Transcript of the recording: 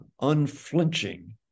Unflinching